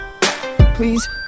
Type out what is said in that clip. Please